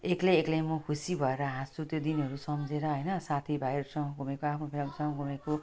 एक्लै एक्लै म खुसी भएर हाँस्छु त्यो दिनहरू सम्झेर र होइन साथी भाइहरूसँग घुमेको आफ्नो फ्यामिलीसँग घुमेको